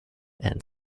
and